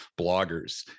bloggers